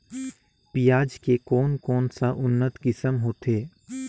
पियाज के कोन कोन सा उन्नत किसम होथे?